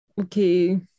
Okay